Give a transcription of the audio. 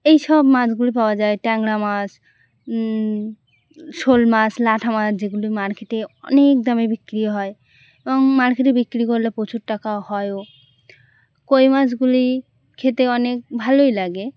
এই সব মাছগুলি পাওয়া যায় ট্যাংরা মাছ শোল মাছ ল্যাঠা মাছ যেগুলি মার্কেটে অনেক দামে বিক্রি হয় এবং মার্কেটে বিক্রি করলে প্রচুর টাকা হয়ও কই মাছগুলি খেতে অনেক ভালোই লাগে